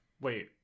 wait